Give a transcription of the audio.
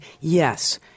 yes